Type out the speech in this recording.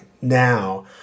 now